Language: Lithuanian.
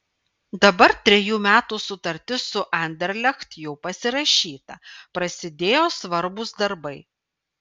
dabar trejų metų sutartis su anderlecht jau pasirašyta prasidėjo svarbūs darbai